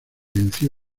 venció